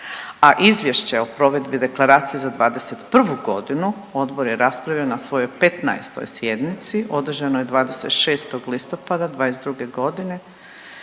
A Izvješće o provedbi Deklaracije za '21. godinu odbor je raspravio na svojoj 15. sjednici održanoj 26. listopada '22. godine.